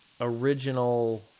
original